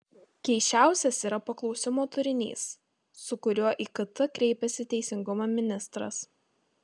keisčiausias yra paklausimo turinys su kuriuo į kt kreipiasi teisingumo ministras